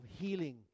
healing